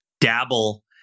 dabble